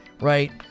right